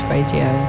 Radio